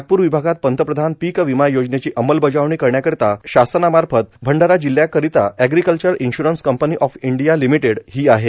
नागपूर विभागात पंतप्रधान पीक विमा योजनेची अंमलबजावणी करण्याकरीता शासनामार्फत भंडारा जिल्हयाकरीता agriculture insurance company of India limited हि आहे